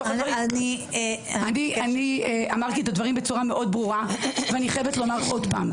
אני אצטרך לתת לה עוד זמן.